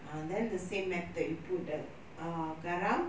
uh then the same method you put the uh garam